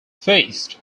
faced